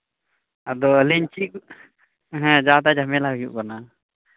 ᱟᱫᱚ ᱟᱹᱞᱤᱧ ᱪᱤᱫ ᱦᱮᱸ ᱡᱟᱛᱟᱭ ᱡᱷᱟᱢᱮᱞᱟ ᱦᱩᱭᱩᱜ ᱠᱟᱱᱟ